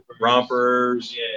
Rompers